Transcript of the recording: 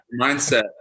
mindset